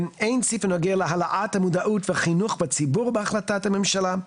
אין סעיף הנוגע להעלאת המודעות וחינוך בציבור בהחלטת הממשלה.